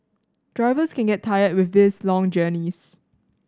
drivers can get tired with these long journeys